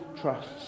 trusts